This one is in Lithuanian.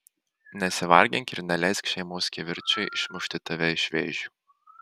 nesivargink ir neleisk šeimos kivirčui išmušti tave iš vėžių